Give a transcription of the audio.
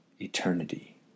eternity